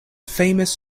famous